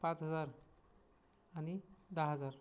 पाच हजार आणि दहा हजार